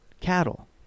cattle